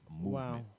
Wow